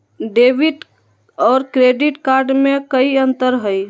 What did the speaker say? Debit और credit card में कई अंतर हई?